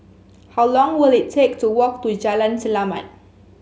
how long will it take to walk to Jalan Selamat